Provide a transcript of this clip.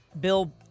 Bill